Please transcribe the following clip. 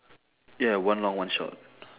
ya one long one short